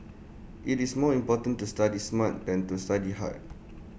IT is more important to study smart than to study hard